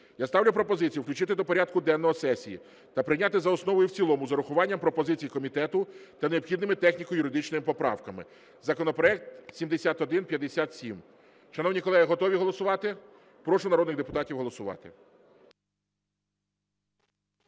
Я ставлю пропозицію включити до порядку денного сесії та прийняти за основу і в цілому з урахуванням пропозицій комітету та необхідними техніко-юридичними поправками законопроект 7157. Шановні колеги, готові голосувати? Прошу народних депутатів голосувати.